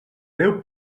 deu